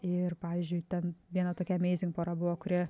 ir pavyzdžiui ten viena tokia amaizing pora buvo kuri